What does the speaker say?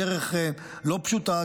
בדרך לא פשוטה,